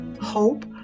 hope